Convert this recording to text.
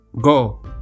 Go